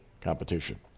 competition